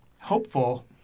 hopeful